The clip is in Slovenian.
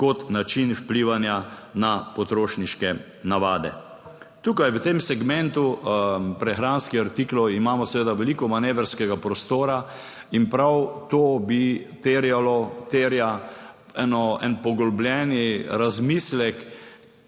kot način vplivanja na potrošniške navade. Tu v tem segmentu prehranskih artiklov imamo seveda veliko manevrskega prostora in prav to bi terjalo, terja en poglobljen razmislek,